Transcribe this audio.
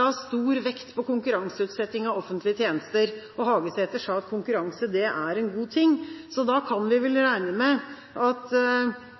la stor vekt på konkurranseutsetting av offentlige tjenester, og Hagesæter sa at konkurranse er en god ting, så da kan vi vel regne med at